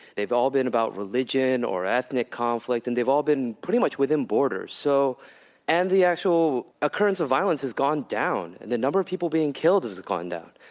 they've all been about religion or ethnic conflict. and they've all been pretty much within borders. so and the actual occurrence of violence has gone down, and the number of people being killed has gone down.